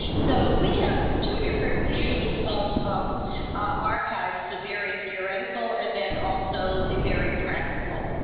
so we have two different views of of archives, the very theoretical and then also the very practical.